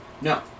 No